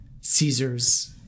caesar's